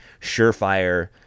surefire